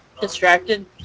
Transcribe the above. distracted